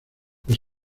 los